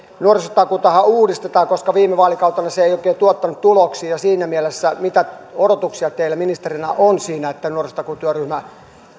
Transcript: nuorisotakuuta uudistetaan koska viime vaalikautena se ei oikein tuottanut tuloksia mitä odotuksia teillä siinä mielessä ministerinä on teidän näkökannaltanne siinä että nuorisotakuutyöryhmä